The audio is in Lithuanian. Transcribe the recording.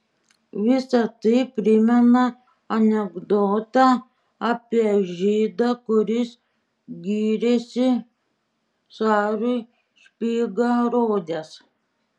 visa tai primena anekdotą apie žydą kuris gyrėsi carui špygą rodęs